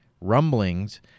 rumblings